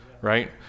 Right